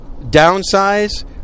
Downsize